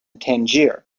tangier